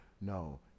No